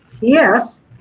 yes